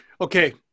Okay